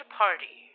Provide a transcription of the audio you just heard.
party